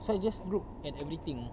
so I just look at everything